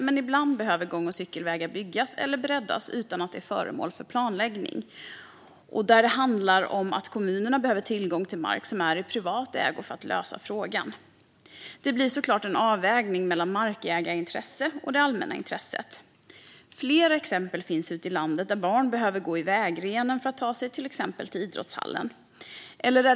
Men ibland behöver gång och cykelvägar byggas eller breddas utan att det är föremål för planläggning, och kommunerna kan behöva tillgång till mark som är i privat ägo för att lösa frågan. Det blir såklart en avvägning mellan markägarintresset och det allmänna intresset. Det finns flera exempel ute i landet där barn behöver gå i vägrenen för att ta sig till idrottshallen, till exempel.